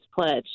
pledge